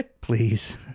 please